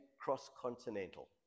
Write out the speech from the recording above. cross-continental